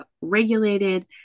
regulated